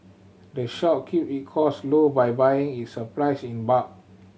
the shop keep it cost low by buying its supplies in bulk